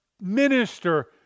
minister